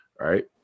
right